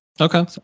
Okay